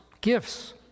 gifts